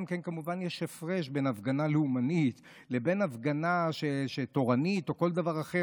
גם כמובן יש הבדל בין הפגנה לאומנית לבין הפגנה תורנית או כל דבר אחר.